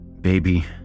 Baby